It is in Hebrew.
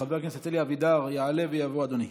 חבר הכנסת אלי אבידר, יעלה ויבוא אדוני.